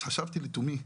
אז חשבתי לתומי,